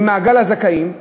ממעגל הזכאים,